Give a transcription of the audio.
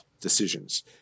decisions